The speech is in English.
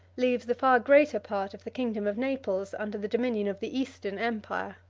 leaves the far greater part of the kingdom of naples under the dominion of the eastern empire.